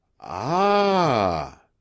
Ah